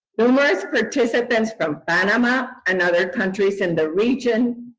numerous participants from panama and other countries in the region,